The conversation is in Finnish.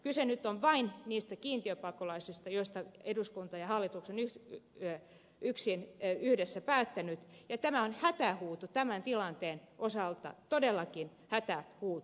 kyse nyt on vain niistä kiintiöpakolaisista joista eduskunta ja hallitus ovat yhdessä päättäneet ja tämä on hätähuuto tämän tilanteen osalta todellakin hätähuuto